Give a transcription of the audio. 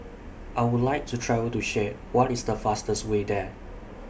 I Would like to travel to Chad What IS The fastest Way There